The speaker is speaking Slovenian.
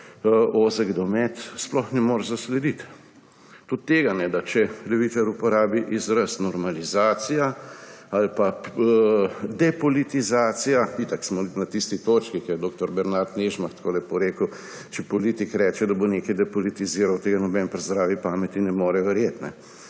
ozek domet, sploh ne moreš zaslediti. Tudi tega ne, da če levičar uporabi izraz normalizacija ali depolitizacija – itak smo na tisti točki, kot je dr. Bernard Nežmah tako lepo rekel, če politik reče, da bo nekaj depolitiziral, tega nihče pri zdravi pameti ne more verjeti,